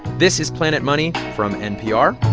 this is planet money from npr.